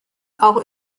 auch